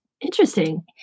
Interesting